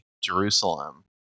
Jerusalem